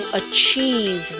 achieve